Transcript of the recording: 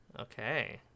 Okay